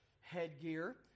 headgear